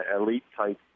elite-type